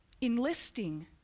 enlisting